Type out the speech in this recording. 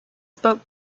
spoke